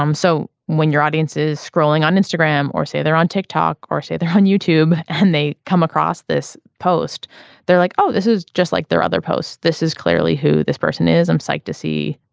um so when your audience is scrolling on instagram or say they're on tick tock or say they're on youtube and they come across this post they're like oh this is just like their other posts. this is clearly who this person is i'm psyched to see.